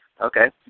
Okay